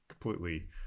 completely